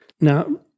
Now